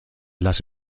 las